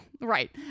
right